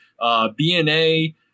bna